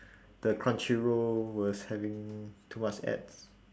the crunchyroll was having too much ads